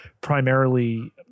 primarily